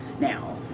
now